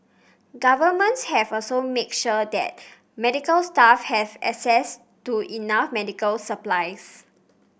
governments have also made sure that medical staff have access to enough medical supplies